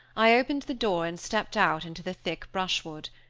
i opened the door and stepped out into the thick brushwood.